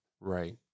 Right